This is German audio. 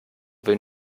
will